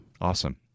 Awesome